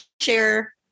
share